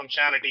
functionality